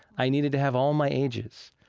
i needed to have all my ages,